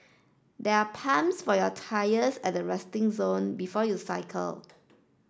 there are pumps for your tyres at the resting zone before you cycle